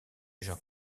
jean